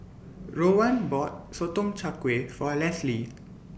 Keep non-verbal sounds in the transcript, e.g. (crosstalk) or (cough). Rowan (noise) bought Sotong Char Kway For Lesly